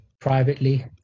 privately